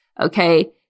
Okay